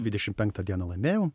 dvidešimt penktą dieną laimėjau